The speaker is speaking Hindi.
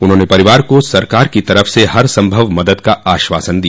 उन्होंने परिवार को सरकार की तरफ से हर संभव मदद का आश्वासन दिया